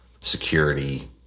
security